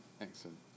Excellent